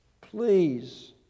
please